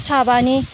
साबानि